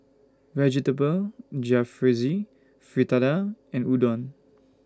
Vegetable Jalfrezi Fritada and Udon